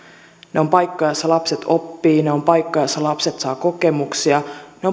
ne ovat paikkoja joissa lapset oppivat ne ovat paikkoja joissa lapset saavat kokemuksia ne